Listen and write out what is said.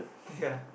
ya